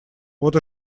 вот